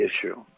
issue